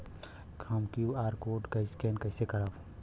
हम QR code scan कइसे करब?